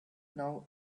now